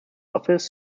office